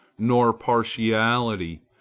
nor partiality,